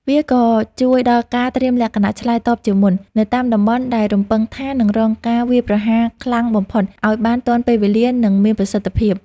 វាក៏ជួយដល់ការត្រៀមលក្ខណៈឆ្លើយតបជាមុន នៅតាមតំបន់ដែលរំពឹងថានឹងរងការវាយប្រហារខ្លាំងបំផុត ឱ្យបានទាន់ពេលវេលា និងមានប្រសិទ្ធភាព។